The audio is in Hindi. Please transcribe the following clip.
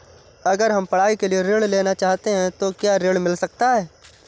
अगर हम पढ़ाई के लिए ऋण लेना चाहते हैं तो क्या ऋण मिल सकता है?